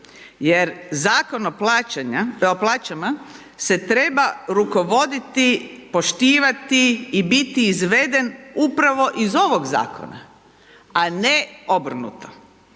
jer Zakon o plaćama se treba rukovoditi, poštivati i biti izveden upravo iz ovog zakona, a ne obrnuto.